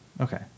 Okay